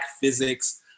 physics